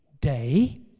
day